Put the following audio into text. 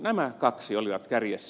nämä kaksi olivat kärjessä